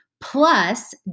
plus